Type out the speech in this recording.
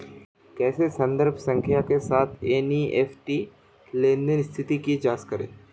कैसे संदर्भ संख्या के साथ एन.ई.एफ.टी लेनदेन स्थिति की जांच करें?